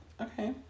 Okay